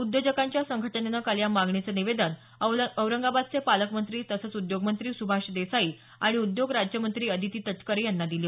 उद्योजकांच्या संघटनेनं काल या मागणीचं निवेदन औरंगाबादचे पालकमंत्री तसंच उद्योग मंत्री सुभाष देसाई आणि उद्योग राज्यमंत्री अदिती तटकरे यांना दिलं